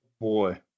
boy